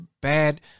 bad